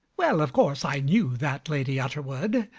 well, of course i knew that, lady utterword.